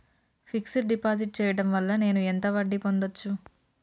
Fix డ్ deposit చేయటం వల్ల నేను ఎంత వడ్డీ పొందచ్చు?